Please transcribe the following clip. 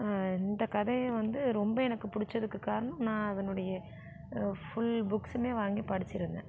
இந்த கதையை வந்து ரொம்ப எனக்கு பிடிச்சதுக்கு காரணம் நான் அதனுடைய ஃபுல் புக்ஸ்சுமே வாங்கி படிச்சிருந்தேன்